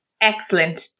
Excellent